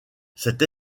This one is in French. cette